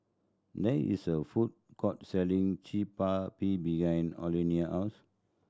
there is a food court selling behind house